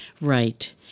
right